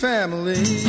family